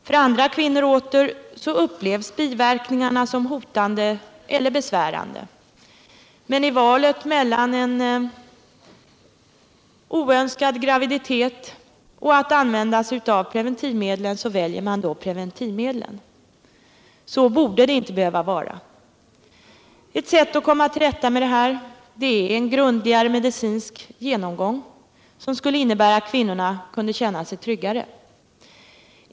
Av andra kvinnor åter upplevs biverkningarna som hotande eller besvärande, men i valet mellan en oönskad graviditet och att begagna sig av preventivmedel väljer man då preventivmedlen. Så borde det inte behöva vara. Ett sätt att komma till rätta med detta missförhållande är en grundligare medicinsk genomgång, som skulle innebära att kvinnorna kunde känna sig tryggare.